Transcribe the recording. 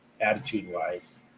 attitude-wise